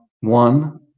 one